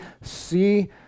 see